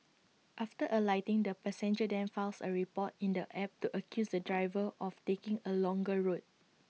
after alighting the passenger then files A report in the app to accuse the driver of taking A longer route